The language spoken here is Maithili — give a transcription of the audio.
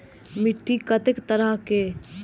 मिट्टी कतेक तरह के?